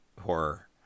Horror